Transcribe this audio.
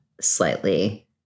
slightly